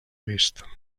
vist